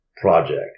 project